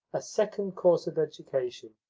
a second course of education.